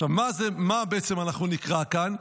עכשיו, מה זה, מה בעצם נקרא כאן?